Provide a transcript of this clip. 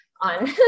on